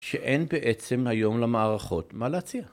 שאין בעצם היום למערכות מה להציע.